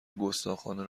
گستاخانه